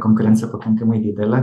konkurencija pakankamai didelė